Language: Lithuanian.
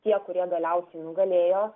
tie kurie galiausiai nugalėjo